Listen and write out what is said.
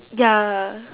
ya